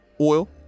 Oil